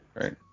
Right